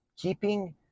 keeping